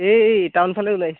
এই টাউন ফালে ওলাইছোঁ